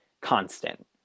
constant